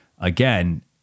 Again